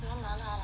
no 麻辣 lah